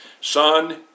Son